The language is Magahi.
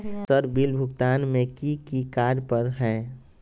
सर बिल भुगतान में की की कार्य पर हहै?